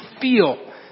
feel